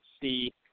see